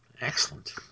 excellent